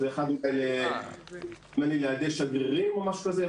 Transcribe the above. יש אחד נדמה לי לילדי שגרירים או משהו כזה.